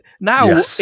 now